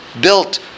built